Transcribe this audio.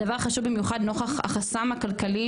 הדבר החשוב במיוחד הוא נוכח החסם הכלכלי